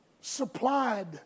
supplied